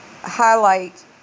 highlight